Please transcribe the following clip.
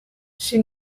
she